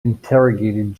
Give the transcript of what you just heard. interrogated